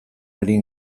ari